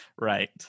Right